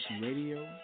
Radio